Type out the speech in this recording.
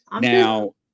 Now